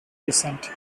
descent